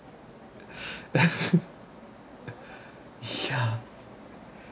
ya